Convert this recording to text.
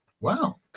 Wow